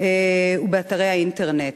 באתרי אינטרנט.